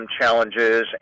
challenges